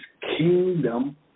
kingdom